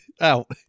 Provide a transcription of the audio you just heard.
out